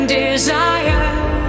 desire